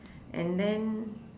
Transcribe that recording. and then